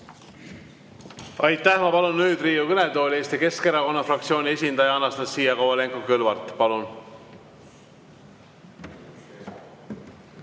Aitäh! Ma palun nüüd Riigikogu kõnetooli Eesti Keskerakonna fraktsiooni esindaja Anastassia Kovalenko-Kõlvarti. Palun!